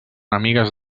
amigues